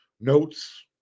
notes